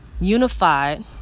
Unified